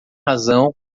razão